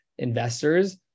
Investors